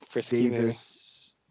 Davis